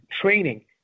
training